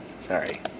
Sorry